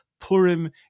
purim